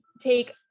take